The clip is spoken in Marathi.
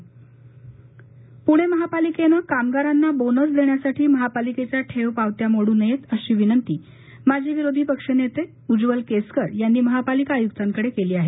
पूणे महापालिकेनं कामगारांना बोनस देण्यासाठी महापालिकेच्या ठेव पावत्या मोडू नयेत अशी विनंती माजी विरोधी पक्षनेते उज्वल केसकर यांनी महापालिका आयुक्तांकडे केली आहे